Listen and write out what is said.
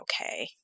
okay